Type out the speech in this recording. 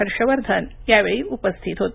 हर्ष वर्धन यावेळी उपस्थित होते